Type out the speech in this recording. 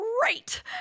Great